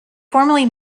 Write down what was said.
formally